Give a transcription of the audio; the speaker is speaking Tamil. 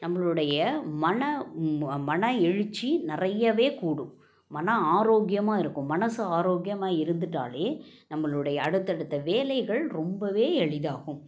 நம்பளுடைய மன மன எழுச்சி நிறையவே கூடும் மனது ஆரோக்கியமாக இருக்கும் மனது ஆரோக்கியமாக இருந்துவிட்டாலே நம்பளுடைய அடுத்த அடுத்த வேலைகள் ரொம்பவே எளிதாகும்